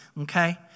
Okay